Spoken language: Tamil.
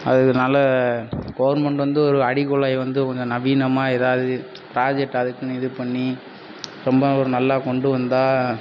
அதனால கவர்மண்ட் வந்து ஒரு அடிக்குழாய் வந்து கொஞ்சம் நவீனமாக ஏதாவுது ப்ராஜெக்ட் அதுக்குன்னு இதுப்பண்ணி ரொம்ப ஒரு நல்லா கொண்டு வந்தால்